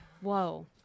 Whoa